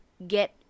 get